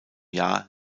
jahr